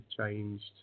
changed